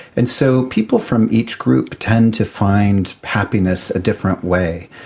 and so people from each group tend to find happiness a different way.